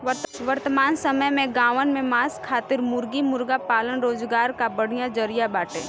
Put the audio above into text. वर्तमान समय में गांवन में मांस खातिर मुर्गी मुर्गा पालन रोजगार कअ बढ़िया जरिया बाटे